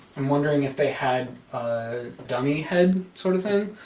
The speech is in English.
i'm wondering if they had a dummy head sort of thing,